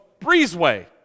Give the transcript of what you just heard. breezeway